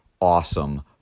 awesome